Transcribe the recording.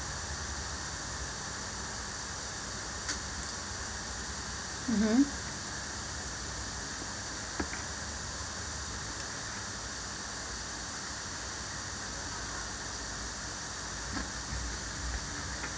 mmhmm